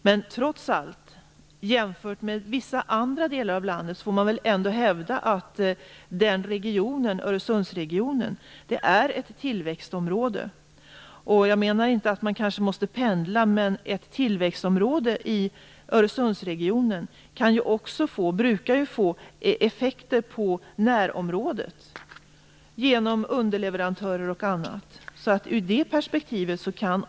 Men jämfört med vissa andra delar av landet får man väl trots allt hävda att Öresundsregionen är ett tillväxtområde. Jag menar inte att man kanske måste pendla, men ett tillväxtområde i Öresundsregionen kan ju också få - brukar få - effekter på närområdet genom underleverantörer och annat.